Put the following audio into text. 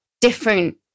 different